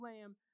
lamb